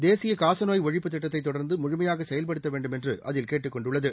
தேசிய காசநோய் ஒழிப்பு திட்டத்தை தொடர்ந்து முழுமையாக செயல்படுத்த வேண்டும் என்று அதில் கேட்டுக் கொண்டுள்ளது